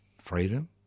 Freedom